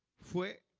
for